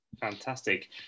Fantastic